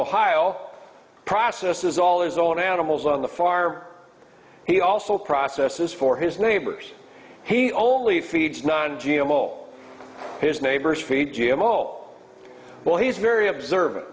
ohio processes all his own animals on the far he also processes for his neighbors he only feeds non g m o his neighbors feed g m o well he's very observant